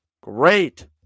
Great